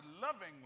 lovingly